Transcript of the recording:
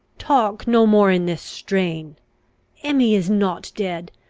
talk no more in this strain emmy is not dead!